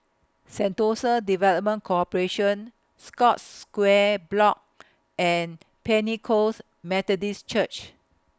Sentosa Development Corporation Scotts Square Block and Pentecost Methodist Church